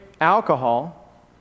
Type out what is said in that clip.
alcohol